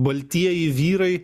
baltieji vyrai